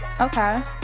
okay